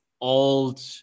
old